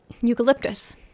eucalyptus